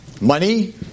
Money